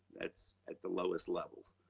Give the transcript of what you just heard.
that's at the lowest levels.